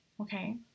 okay